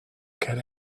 get